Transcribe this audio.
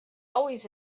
always